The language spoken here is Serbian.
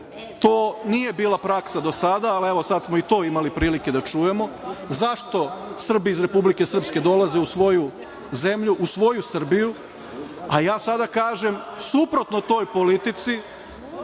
to nije bila praksa do sada, ali evo sad smo i to imali prilike da čujemo – zašto Srbi iz Republike Srpske dolaze u svoju zemlju, u svoju Srbiju? A ja sada kažem, suprotno toj politici